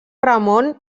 ramon